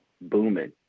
booming